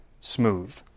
smooth